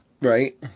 right